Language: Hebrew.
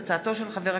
תודה.